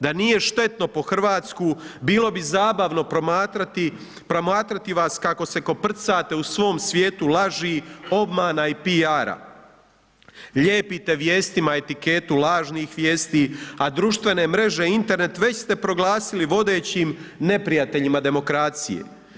Da nije štetno po Hrvatsku bilo bi zabavno promatrati, promatrati vas kako se koprcate u svom svijetu laži, obmana i PR-a, lijepite vijestima etiketu lažnih vijesti a društvene mreže i Internet već ste proglasili vodećim neprijateljima demokracije.